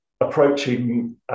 approaching